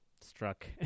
struck